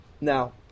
Now